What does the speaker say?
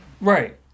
Right